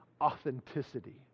authenticity